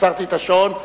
עצרתי את השעון,